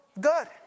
good